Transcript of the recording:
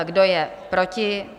Kdo je proti?